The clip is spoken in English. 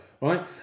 right